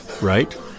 right